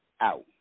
out